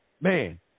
man